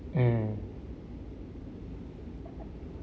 mm